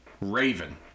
Raven